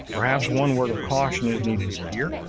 perhaps one word of caution is needed here,